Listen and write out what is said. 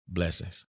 Blessings